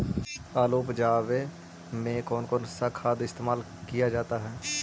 आलू उप जाने में कौन कौन सा खाद इस्तेमाल क्या जाता है?